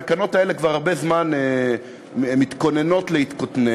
התקנות האלה כבר הרבה זמן מתכוננות להיתקן,